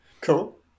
Cool